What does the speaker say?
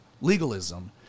legalism